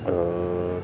اور